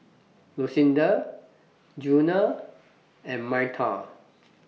Lucinda Djuna and Myrta